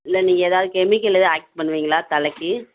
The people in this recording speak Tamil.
இல்லை நீங்கள் ஏதாவது கெமிக்கல் எதுவும் ஆட் பண்ணுவீங்களா தலைக்கு